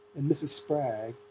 and mrs. spragg,